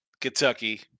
Kentucky